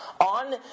on